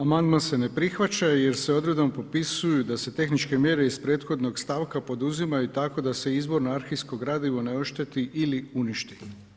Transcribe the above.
Amandman se ne prihvaća jer se odredbom propisuju da se tehničke mjere iz prethodnog stavka poduzimaju tako da se izvorno arhivsko gradivo ne ošteti ili uništi.